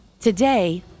Today